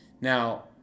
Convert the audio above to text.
now